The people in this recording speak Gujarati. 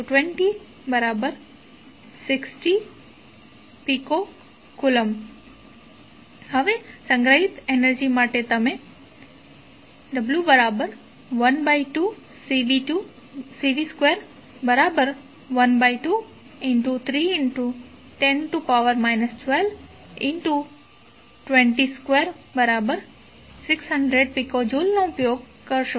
હવે સંગ્રહિત એનર્જી માટે તમે w12Cv212310 12202600pJ નો ઉપયોગ કરશો